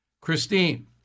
Christine